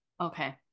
Okay